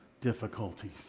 difficulties